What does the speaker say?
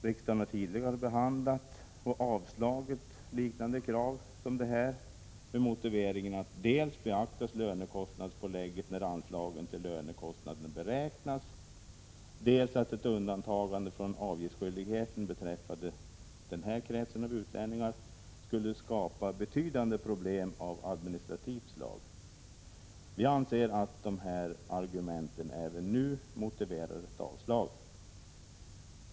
Riksdagen har tidigare behandlat — och avslagit — liknande krav med motiveringen att lönekostnadspålägget beaktas när anslagen till lönekostnaderna beräknas och att ett undantagande från avgiftsskyldigheten beträffande denna krets av utlänningar skulle skapa betydande problem av administrativt slag. Majoriteten i utskottet anser att dessa argument även nu motiverar ett avslag.